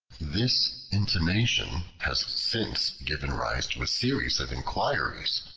this intimation has since given rise to a series of inquiries,